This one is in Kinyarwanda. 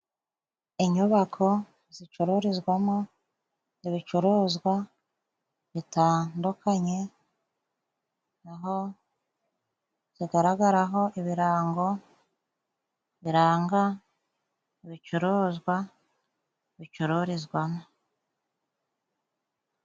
Inyubako zicururizwamo ibicuruzwa bitandukanye, aho zigaragaraho ibirango biranga ibicuruzwa bicururizwamo.